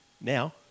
now